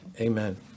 amen